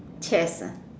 chess ah